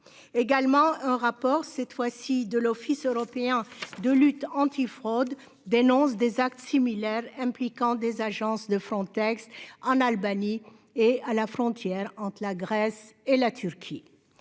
Également un rapport, cette fois-ci de l'Office européen de lutte antifraude dénonce des actes similaires impliquant des agences de Frontex en Albanie et à la frontière entre la Grèce et la Turquie.